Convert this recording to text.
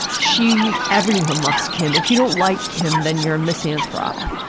she, everyone loves kim. if you don't like kim, then you're a misanthrope.